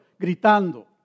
gritando